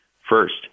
first